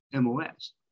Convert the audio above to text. MOS